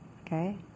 Okay